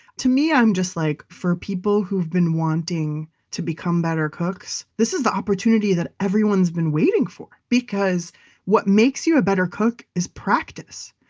to me, i'm just like, for people who've been wanting to become better cooks, this is the opportunity that everyone's been waiting for because what makes you a better cook is practice.